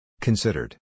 Considered